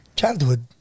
childhood